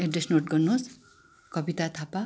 address note गर्नुहोस् कविता थापा